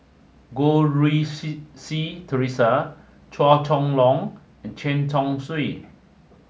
Goh Rui Si Theresa Chua Chong Long and Chen Chong Swee